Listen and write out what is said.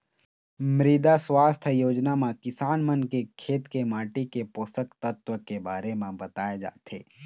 मृदा सुवास्थ योजना म किसान मन के खेत के माटी के पोसक तत्व के बारे म बताए जाथे